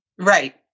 Right